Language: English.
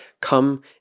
come